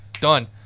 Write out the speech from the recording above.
Done